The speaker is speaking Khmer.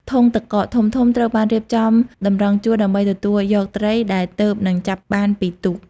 ធុងទឹកកក ធំៗត្រូវបានរៀបចំតម្រង់ជួរ ដើម្បីទទួលយកត្រីដែលទើបនឹងចាប់បានពីទូក។